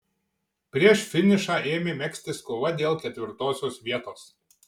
prieš finišą ėmė megztis kova dėl ketvirtosios vietos